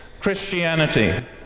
Christianity